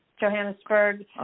Johannesburg